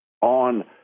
on